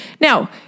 Now